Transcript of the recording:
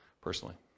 personally